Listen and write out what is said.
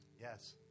Yes